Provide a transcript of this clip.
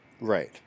Right